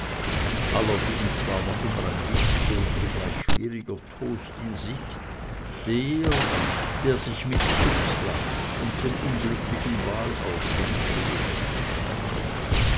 allerdings war noch immer ein wichtiger und zugleich schwieriger toast in sicht der der sich mit dubslav und dem unglücklichen wahlausgange zu beschäftigen hatte